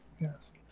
yes